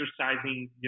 exercising